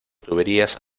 tuberías